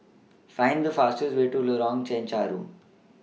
Find The fastest Way to Lorong Chencharu